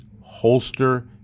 holster